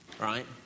right